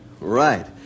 Right